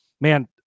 man